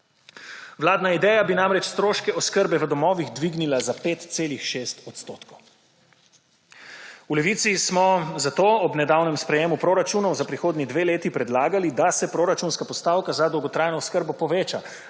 Vladna ideja bi namreč stroške oskrbe v domovih dvignila za 5,6 %. V Levici smo zato ob nedavnem sprejemu proračunov za prihodnji dve leti predlagali, da se proračunska postavka za dolgotrajno oskrbo poveča